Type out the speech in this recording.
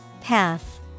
Path